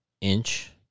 inch